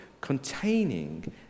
containing